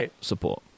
support